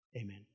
Amen